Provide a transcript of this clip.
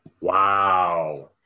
Wow